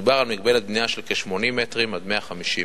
מדובר על מגבלת בנייה של 80 מטרים עד 150 מטרים.